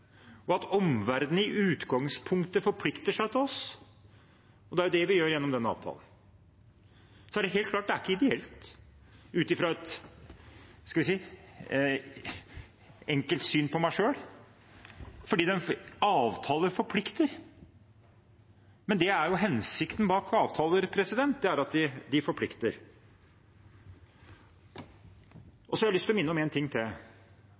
og at omverdenen i utgangspunktet forplikter seg til oss. Det er det vi gjør gjennom denne avtalen. Det er helt klart at det ikke er ideelt – ut fra et enkelt syn på en selv – for en avtale forplikter. Det er jo hensikten bak avtaler – at de forplikter. Jeg har lyst til å minne om en ting til: